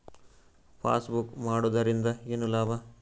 Passbook ಮಾಡುದರಿಂದ ಏನು ಲಾಭ?